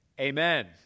amen